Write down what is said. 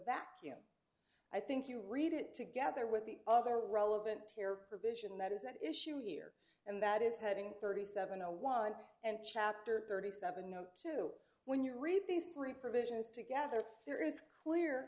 vacuum i think you read it together with the other relevant here provision that is at issue here and that is having thirty seven a one and chapter thirty seven no two when you read these three provisions together there is clear